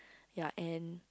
ya and